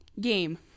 game